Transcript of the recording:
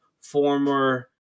former